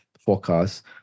forecast